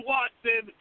Watson